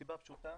מהסיבה הפשוטה